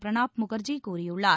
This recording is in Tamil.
பிரணாப் முகர்ஜி கூறியுள்ளார்